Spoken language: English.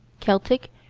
celtic,